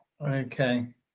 okay